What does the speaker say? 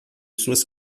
suas